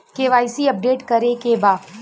KYC update करे के बा?